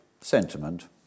sentiment